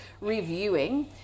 reviewing